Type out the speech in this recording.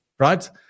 right